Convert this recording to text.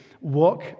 walk